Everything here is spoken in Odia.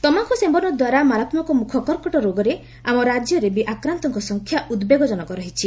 ତମାଖୁ ସେବନଦ୍ୱାରା ମାରାତ୍ମକ ମୁଖକର୍କଟ ରୋଗରେ ଆମ ରାଜ୍ୟରେ ବି ଆକ୍ରାନ୍ଡଙ ସଂଖ୍ୟା ଉଦ୍ବେଗଜନକ ରହିଛି